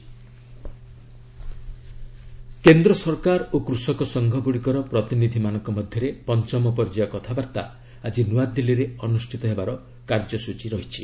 centre farmers talk କେନ୍ଦ୍ର ସରକାର ଓ କୃଷକ ସଂଘଗୁଡ଼ିକର ପ୍ରତିନିଧିମାନଙ୍କ ମଧ୍ୟରେ ପଞ୍ଚମ ପର୍ଯ୍ୟାୟ କଥାବାର୍ତ୍ତା ଆଜି ନୂଆଦିଲ୍ଲୀରେ ଅନୁଷ୍ଠିତ ହେବାର କାର୍ଯ୍ୟସ୍ତ୍ରୀ ରହିଛି